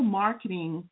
marketing